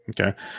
Okay